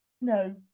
No